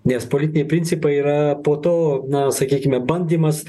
nes politiniai principai yra po to na sakykime bandymas